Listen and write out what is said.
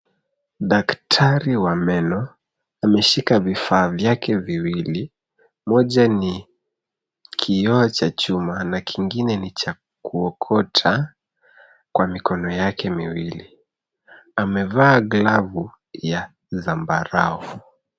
Daktari wa meno ameshika vifaa vyake viwili, moja ni kioo cha chuma, na kingine ni cha kuokota kwa mikono yake miwili. Amevaa glavu ya zambarau.